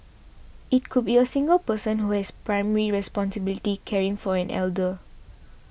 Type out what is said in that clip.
it could be a single person who has primary responsibility caring for an elder